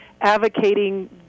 advocating